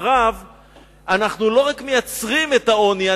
אנחנו לא רק מייצרים את העוני,